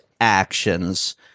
actions